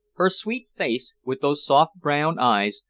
her sweet face, with those soft, brown eyes,